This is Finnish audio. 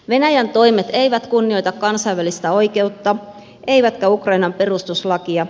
venäjän toimet eivät kunnioita kansainvälistä oi keutta eivätkä ukrainan perustuslakia